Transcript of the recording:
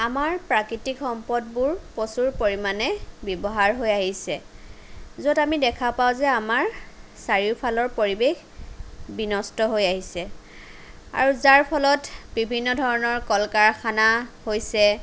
আমাৰ প্ৰাকৃতিক সম্পদবোৰ প্ৰচুৰ পৰিমাণে ব্যৱহাৰ হৈ আহিছে য'ত আমি দেখা পাওঁ যে আমাৰ চাৰিওফালৰ পৰিৱেশ বিনষ্ট হৈ আহিছে আৰু যাৰ ফলত বিভিন্ন ধৰণৰ কল কাৰখানা হৈছে